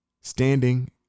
Standing